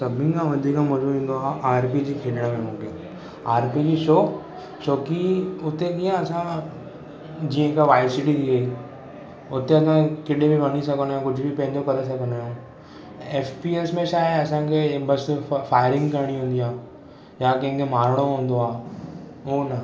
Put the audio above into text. सभिनी खां वधीक मज़ो ईंदो आ ऑर पी जी खेॾण में मुंखे ऑर पी जी छो छो कि उते कीअं असां जीअं हिक वाइस सिटी आहे उसां केॾांहुं बि वञी सघिन्दा आहियूं कुझ बि पंहिंजो करे सघिन्दा आहियूं एस पी एस में छा आहे असां खे बस फइरिंग करणी हून्दी आहे या कंहिं खे मारिणो हून्दो आहे उहो न